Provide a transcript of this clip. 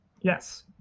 Yes